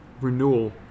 renewal